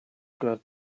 glad